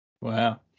Wow